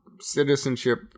citizenship